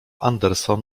anderson